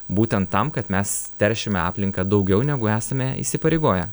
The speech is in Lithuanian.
būtent tam kad mes teršiame aplinką daugiau negu esame įsipareigoję